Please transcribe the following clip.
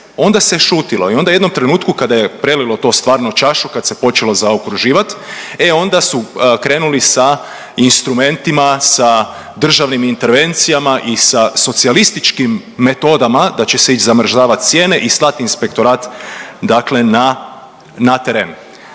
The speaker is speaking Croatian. onda se šutilo. I onda u jednom trenutku kada je prelilo to stvarno čašu, kad se počelo zaokruživati, e onda su krenuli sa instrumentima, sa državnim instrumentima i sa socijalističkim metodama da će se ići zamrzavati cijene i slati inspektorat, dakle na